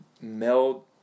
meld